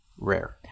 rare